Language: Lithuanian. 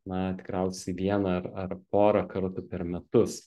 na tikriausiai vieną ar ar porą kartų per metus